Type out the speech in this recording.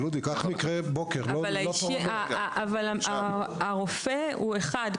אבל הרופא הוא אחד.